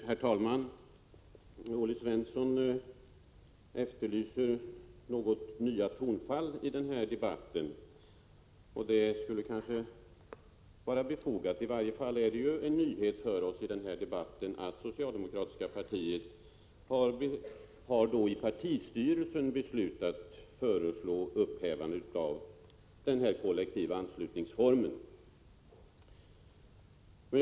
Herr talman! Olle Svensson efterlyser nya tonfall i den här debatten, och det kan kanske vara befogat. För oss är det emellertid en nyhet i den här debatten att socialdemokratiska partiet i partistyrelsen har beslutat föreslå upphävande av den kollektiva anslutningsformen till partiet.